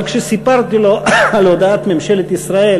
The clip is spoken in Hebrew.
אבל כשסיפרתי לו על הודעת ממשלת ישראל,